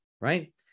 right